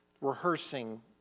rehearsing